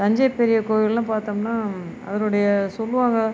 தஞ்சை பெரிய கோயில்களெல்லாம் பார்த்தோம்னா அதனுடைய சொல்லுவாங்க